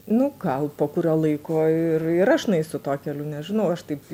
nu gal po kurio laiko ir ir aš nueisiu tuo keliu nežinau aš taip